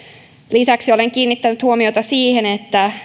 lisäksi olen kiinnittänyt huomiota siihen että